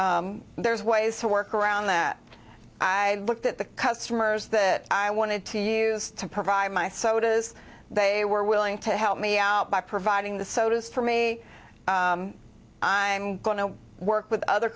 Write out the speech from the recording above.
there's ways to work around that i looked at the customers that i wanted to use to provide my sodas they were willing to help me out by providing the sodas from a i'm going to work with other